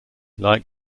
like